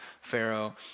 Pharaoh